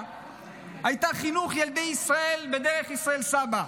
הייתה חינוך ילדי ישראל בדרך ישראל סבא,